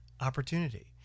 opportunity